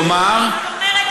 כלומר, מה?